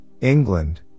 England